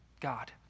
God